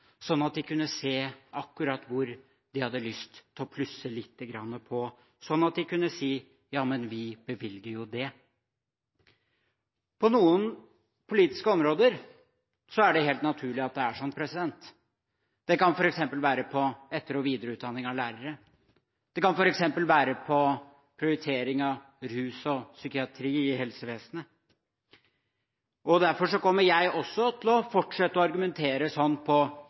sånn at de kunne se akkurat hvor de hadde lyst til plusse lite grann på, sånn at de kunne si: Ja, men vi bevilger jo det. På noen politiske områder er det helt naturlig at det er sånn. Det kan f.eks. være på etter- og videreutdanning av lærere og på prioritering av rus og psykiatri i helsevesenet. Derfor kommer også jeg til å fortsette å argumentere sånn på